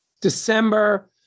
December